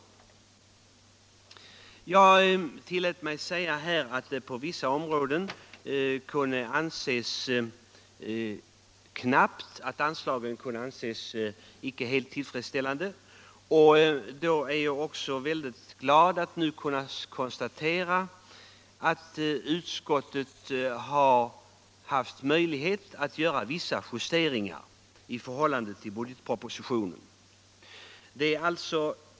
Jag tillät mig säga att anslagen på vissa områden inte kunde anses helt tillfredsställande. Jag är därför glad att nu kunna konstatera att utskottet har haft möjlighet att göra vissa justeringar i förhållande till budgetpropositionen.